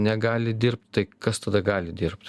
negali dirbt tai kas tada gali dirbt